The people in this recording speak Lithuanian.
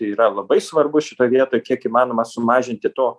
yra labai svarbu šitoj vietoj kiek įmanoma sumažinti to